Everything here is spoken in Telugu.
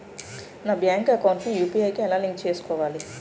నా బ్యాంక్ అకౌంట్ ని యు.పి.ఐ కి ఎలా లింక్ చేసుకోవాలి?